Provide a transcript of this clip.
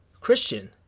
Christian